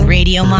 Radio